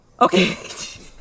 Okay